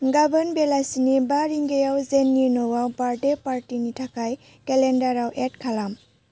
गाबोन बेलासिनि बा रिंगायाव जेननि न'आव बार्टदे पार्टिनि थाखाय केलेन्डाराव एद खालाम